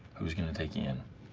who's gonna take you in?